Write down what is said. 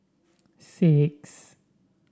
six